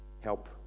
help